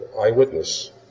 eyewitness